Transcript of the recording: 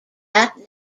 that